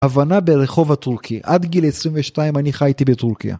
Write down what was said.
הבנה ברחוב הטורקי. עד גיל 22 אני חייתי בטורקיה.